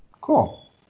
Cool